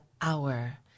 hour